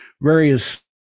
various